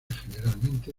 generalmente